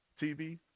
tv